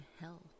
hell